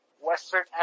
western